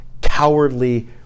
cowardly